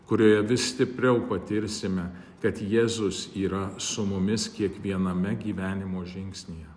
kurioje vis stipriau patirsime kad jėzus yra su mumis kiekviename gyvenimo žingsnyje